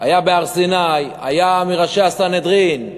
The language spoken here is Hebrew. היה בהר-סיני, היה מראשי הסנהדרין,